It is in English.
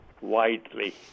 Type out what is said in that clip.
widely